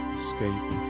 escape